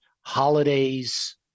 holidays